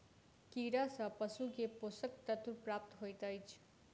कीड़ा सँ पशु के पोषक तत्व प्राप्त होइत अछि